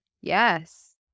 Yes